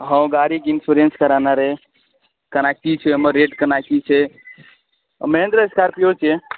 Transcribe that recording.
हँ गाड़ीके इन्स्योरेन्स कराना रहै कना कि छै ओहिमे रेट कना कि छै महेन्द्रा एस्कार्पियो छै